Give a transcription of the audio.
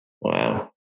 Wow